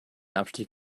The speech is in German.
abstieg